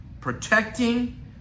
protecting